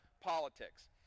politics